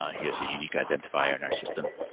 he has a unique identifier in our system.